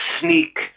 sneak